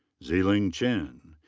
ziling chen.